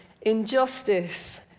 injustice